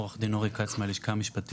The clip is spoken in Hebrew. אני עורך הדין אורי כץ מהלשכה המשפטית.